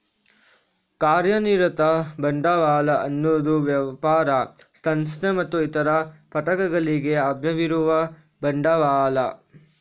ಕಾರ್ಯನಿರತ ಬಂಡವಾಳ ಅನ್ನುದು ವ್ಯಾಪಾರ, ಸಂಸ್ಥೆ ಮತ್ತೆ ಇತರ ಘಟಕಗಳಿಗೆ ಲಭ್ಯವಿರುವ ಬಂಡವಾಳ